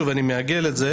אני מעגל את זה.